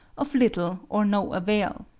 of little or no avail.